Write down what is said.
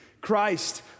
Christ